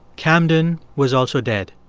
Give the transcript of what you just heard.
camden was also dead.